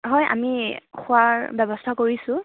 হয় আমি খোৱাৰ ব্যৱস্থা কৰিছোঁ